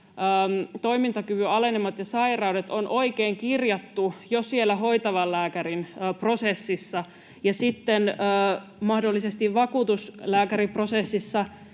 toimintakyvyn alenemat ja sairaudet on oikein kirjattu jo siellä hoitavan lääkärin prosessissa, sekä sitten mahdollisesti vakuutuslääkäriprosessissa